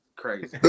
crazy